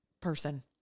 person